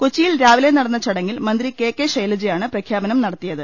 കൊച്ചി യിൽ രാവിലെ നടന്ന ചടങ്ങിൽ മന്ത്രി കെ കെ ശൈലജയാണ് പ്രഖ്യാ പനം നടത്തിയത്